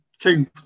Two